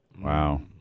Wow